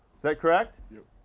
is that correct? yup.